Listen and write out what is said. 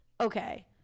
Okay